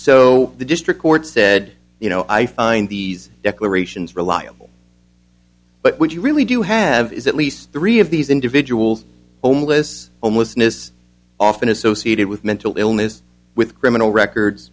so the district court said you know i find these declarations reliable but what you really do have is at least three of these individuals homeless homelessness often associated with mental illness with criminal records